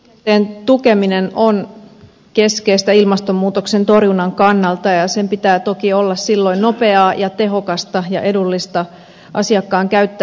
junaliikenteen tukeminen on keskeistä ilmastonmuutoksen torjunnan kannalta ja sen pitää toki olla silloin nopeaa ja tehokasta ja edullista asiakkaan käyttää